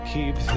Keep